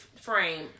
frame